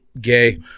gay